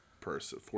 person